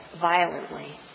violently